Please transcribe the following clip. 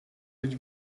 być